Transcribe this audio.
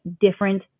different